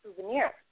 souvenir